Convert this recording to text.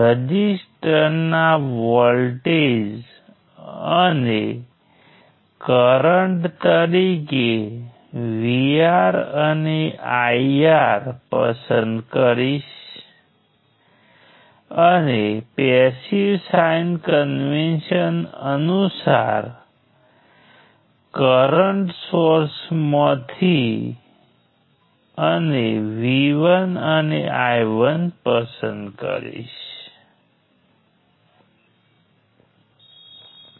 હવે એક બાબત ધ્યાને આવે છે કે આ બંને ટ્રીજ કે તેમની 3 બ્રાન્ચીઝ છે અને તમે તપાસ કરી શકો છો અને ગમે તેટલા ટ્રીજ બનાવી શકો છો તમે સર્કિટમાંથી કરી શકો છો અને તમને ખબર પડશે કે તે બધાની 3 બ્રાન્ચીઝ હશે શું આ સંયોગ નથી